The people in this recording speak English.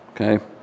okay